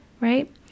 right